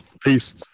peace